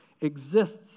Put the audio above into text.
exists